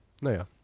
Naja